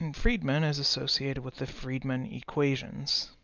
and friedmann is associated with the friedmann equations